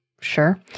sure